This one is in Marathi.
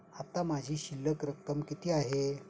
आता माझी शिल्लक रक्कम किती आहे?